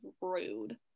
rude